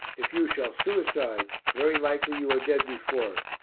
if you shall suicide, very likely you are dead before.